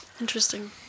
Interesting